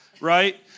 Right